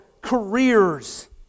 careers